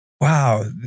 wow